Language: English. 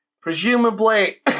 presumably